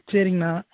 சரிங்கண்ணா